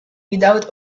without